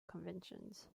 conventions